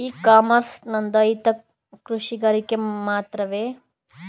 E commerce ನೊಂದಾಯಿತ ಕೃಷಿಕರಿಗೆ ಮಾತ್ರವೇ?